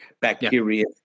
bacteria